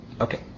Okay